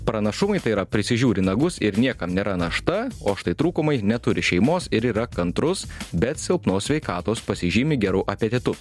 pranašumai tai yra prisižiūri nagus ir niekam nėra našta o štai trūkumai neturi šeimos ir yra kantrus bet silpnos sveikatos pasižymi geru apetitu